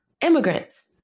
immigrants